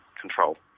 control